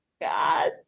God